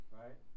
right